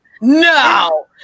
No